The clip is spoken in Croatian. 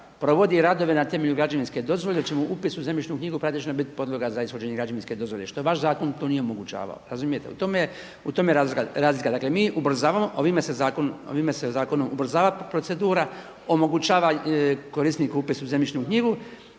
provodi radove na temelju građevinske dozvole … upis u zemljišnu knjigu praktično biti podloga za ishođenje građevinske dozvole što vaš zakon to nije omogućavao, razumijete. U tome je razlika. Dakle, mi ubrzavamo ovime se zakon ubrzava procedura, omogućava korisniku upis u zemljišnu knjigu